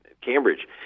Cambridge